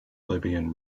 libyan